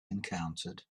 encountered